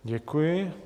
Děkuji.